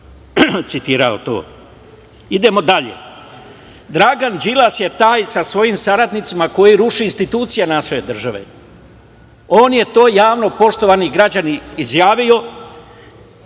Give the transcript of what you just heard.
citirao to. Idemo dalje. Dragan Đilas je taj sa svojim saradnicima koji ruše institucije naše države. On je to javno, poštovani građani, izjavio